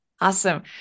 Awesome